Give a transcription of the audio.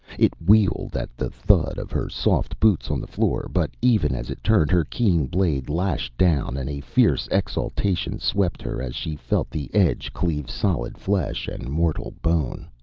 it wheeled at the thud of her soft boots on the floor, but even as it turned, her keen blade lashed down, and a fierce exultation swept her as she felt the edge cleave solid flesh and mortal bone.